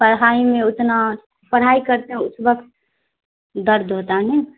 پڑھائی میں اتنا پڑھائی کرتے اس وقت درد ہوتا ہے نہیں